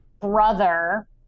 brother